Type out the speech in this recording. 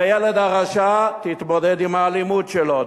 בילד הרשע, תתמודד עם האלימות שלו.